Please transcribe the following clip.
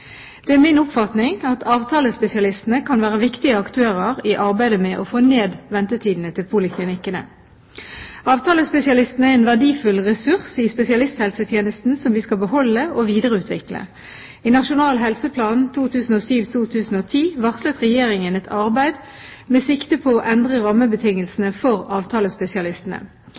Det er min oppfatning at avtalespesialistene kan være viktige aktører i arbeidet med å få ned ventetidene til poliklinikkene. Avtalespesialistene er en verdifull ressurs i spesialisthelsetjenesten som vi skal beholde og videreutvikle. I Nasjonal helseplan for 2007–2010 varslet Regjeringen et arbeid med sikte på å endre rammebetingelsene for avtalespesialistene.